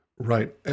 Right